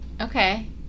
Okay